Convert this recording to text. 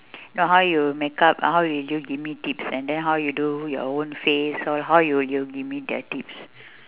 no how you makeup and how will you give me tips and then how you do your own face or how will you give me the tips